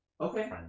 Okay